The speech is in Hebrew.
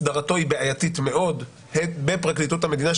הסדרתו היא בעייתית מאוד בפרקליטות המדינה,